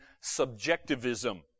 subjectivism